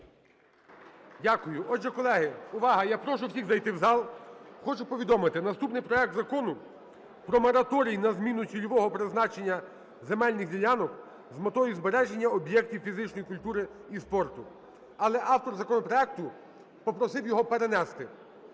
Дякую. Отже, колеги, увага! Я прошу всіх зайти в зал. Хочу повідомити, наступний - проект Закону про мораторій на зміну цільового призначення земельних ділянок з метою збереження об'єктів фізичної культури і спорту. Але автор законопроекту попросив його перенести.